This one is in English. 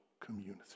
community